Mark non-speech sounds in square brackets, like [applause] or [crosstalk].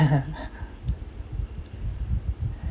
[laughs]